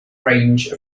range